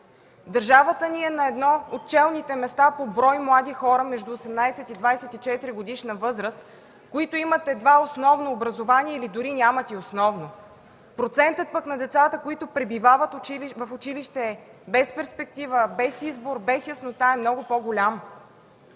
Държавата ни е на едно от челните места по брой млади хора между 18 и 24-годишна възраст, които имат едва основно образование или дори нямат и основно. Процентът на децата, които пребивават в училище без перспектива, без избор, без яснота е много по-голям.